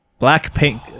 Blackpink